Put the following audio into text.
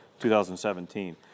2017